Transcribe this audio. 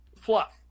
Fluff